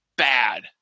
bad